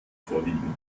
vorliegen